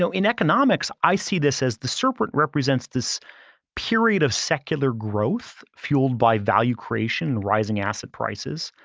so in economics, i see this as, the serpent represents this period of secular growth, fueled by value creation, rising asset prices.